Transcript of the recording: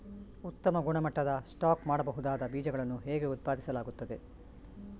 ಉತ್ತಮ ಗುಣಮಟ್ಟದ ಸ್ಟಾಕ್ ಮಾಡಬಹುದಾದ ಬೀಜಗಳನ್ನು ಹೇಗೆ ಉತ್ಪಾದಿಸಲಾಗುತ್ತದೆ